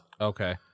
Okay